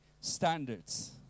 standards